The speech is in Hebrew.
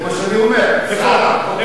זה מה שאני אומר, סערה.